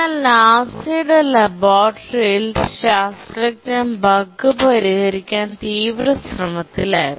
എന്നാൽ നാസയുടെ ലബോറട്ടറിയിൽ ശാസ്ത്രജ്ഞർ ബഗ് പരിഹരിക്കാൻ തീവ്രശ്രമത്തിലായിരുന്നു